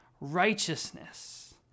righteousness